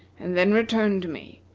and then return to me,